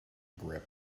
grip